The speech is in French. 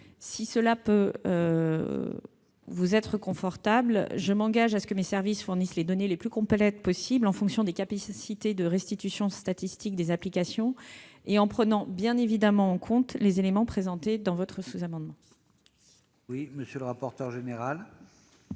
messieurs les sénateurs, je m'engage à ce que mes services fournissent les données les plus complètes possible en fonction des capacités de restitution statistique des applications et en prenant bien en compte les éléments présentés dans ce sous-amendement. La parole est à M. le rapporteur général.